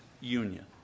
union